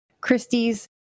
Christie's